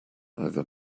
either